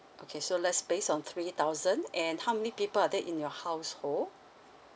okay so let's base on three thousand and how many people are there in your household